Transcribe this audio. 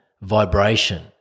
vibration